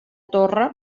torre